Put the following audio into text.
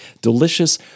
Delicious